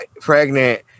pregnant